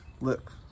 look